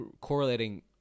correlating